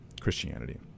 Christianity